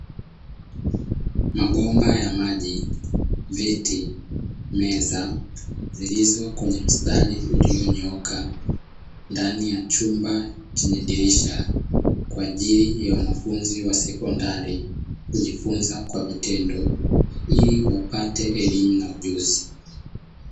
Mabomba ya maji, viti, meza zilizo kwenye mstari ulionyooka ndani ya chumba chenye dirisha kwa ajili ya wanafunzi wa sekondari kujifunza kwa vitendo ili wapate elimu na ujuzi.